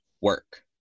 work